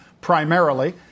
primarily